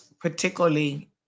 particularly